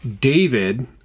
david